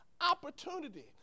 opportunity